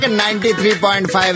93.5